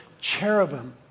cherubim